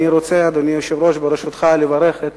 אדוני היושב-ראש, אני רוצה, ברשותך, לברך את